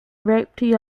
raped